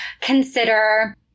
consider